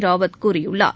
ராவத் கூறியுள்ளார்